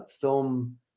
film